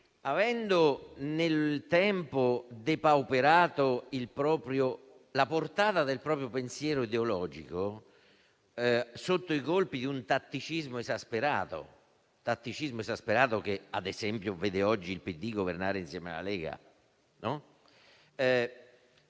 avendo nel tempo depauperato la portata del proprio pensiero ideologico sotto i colpi di un tatticismo esasperato (che, ad esempio, vede oggi il PD governare insieme alla Lega), è